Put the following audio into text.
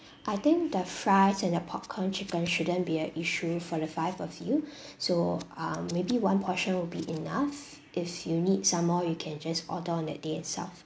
I think the fries and the popcorn chicken shouldn't be a issue for the five of you so uh maybe one portion will be enough if you need some more you can just order on that day itself